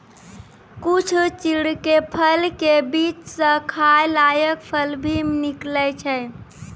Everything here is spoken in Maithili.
कुछ चीड़ के फल के बीच स खाय लायक फल भी निकलै छै